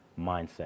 mindset